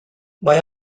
mae